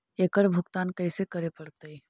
एकड़ भुगतान कैसे करे पड़हई?